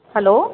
hello